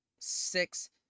Six